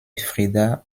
frida